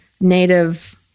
native